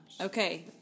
Okay